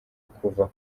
kuva